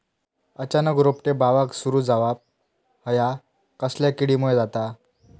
अचानक रोपटे बावाक सुरू जवाप हया कसल्या किडीमुळे जाता?